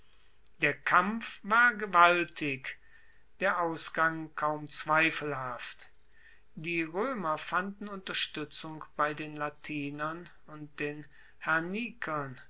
der kampf war gewaltig der ausgang kaum zweifelhaft die roemer fanden unterstuetzung bei den latinern und den